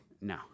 no